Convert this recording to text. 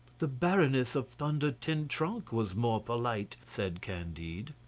the baroness of thunder-ten-tronckh was more polite, said candide.